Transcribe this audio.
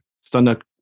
standard